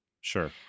Sure